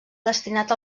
destinat